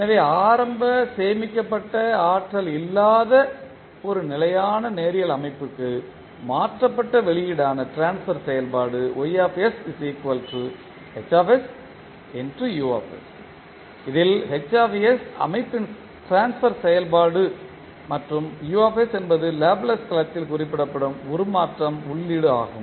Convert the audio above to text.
எனவே ஆரம்ப சேமிக்கப்பட்ட ஆற்றல் இல்லாத ஒரு நிலையான நேரியல் அமைப்புக்கு மாற்றப்பட்ட வெளியீடான ட்ரான்ஸ்பர் செயல்பாடு இதில் H அமைப்பின் ட்ரான்ஸ்பர் செயல்பாடு மற்றும் U என்பது லேப்ளேஸ் களத்தில் குறிப்பிடப்படும் உருமாறும் உள்ளீடு ஆகும்